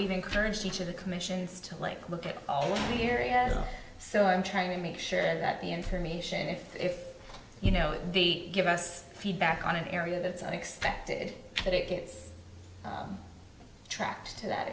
we've encouraged each of the commissions to like look at the area so i'm trying to make sure that the information if you know the give us feedback on an area that's unexpected that it gets tracked to that